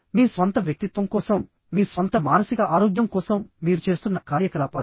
మీ స్వంత వ్యక్తిత్వం కోసం మీ స్వంత మానసిక ఆరోగ్యం కోసం మీరు చేస్తున్న కార్యకలాపాలు